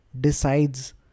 decides